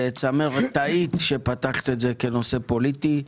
וצמרת, טעית כשפתחת את זה כנושא פוליטי.